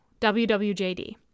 WWJD